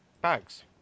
Bags